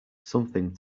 something